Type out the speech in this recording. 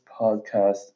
podcast